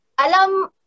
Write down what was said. Alam